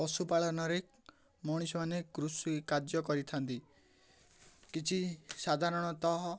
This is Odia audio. ପଶୁପାଳନରେ ମଣିଷମାନେ କୃଷି କାର୍ଯ୍ୟ କରିଥାନ୍ତି କିଛି ସାଧାରଣତଃ